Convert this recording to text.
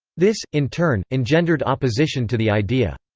this, in turn, engendered opposition to the idea.